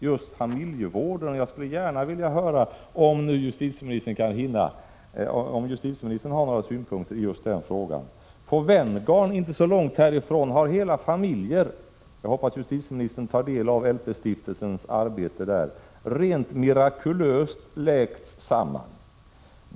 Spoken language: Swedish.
Jag vill gärna höra om justitieministern har några synpunkter på den frågan. På Venngarn, inte så långt härifrån, har hela familjer — jag hoppas att justitieministern tar del av LP-stiftelsens arbete där — rent mirakulöst läkts samman.